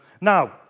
Now